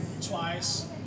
twice